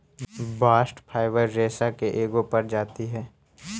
bast fibre रेसा के एगो प्रजाति हई